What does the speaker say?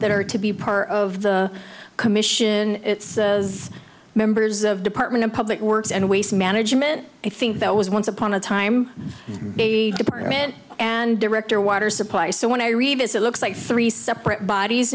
that are to be part of the commission as members of department of public works and waste management i think that was once upon a time a department and director water supply so when i revisit looks like three separate bod